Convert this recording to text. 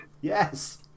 Yes